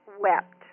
wept